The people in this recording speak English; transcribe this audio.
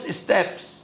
steps